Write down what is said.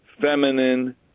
feminine